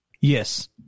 Yes